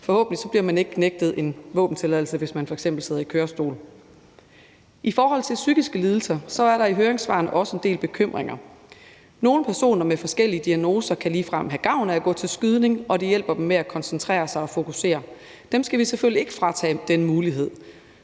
Forhåbentlig bliver man ikke nægtet en våbentilladelse, hvis man f.eks. sidder i kørestol. I forhold til psykiske lidelser er der i høringssvarene også del bekymringer. Nogle personer med forskellige diagnoser kan ligefrem have gavn af at gå til skydning, og det hjælper dem med at koncentrere sig og fokusere. Dem skal vi selvfølgelig ikke fratage den mulighed.